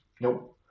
Nope